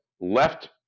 left